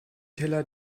teller